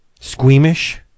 squeamish